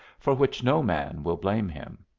for which no man will blame him.